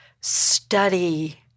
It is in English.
study